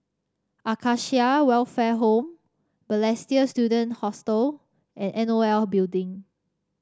Acacia Welfare Home Balestier Student Hostel and N O L Building